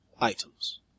items